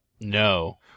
No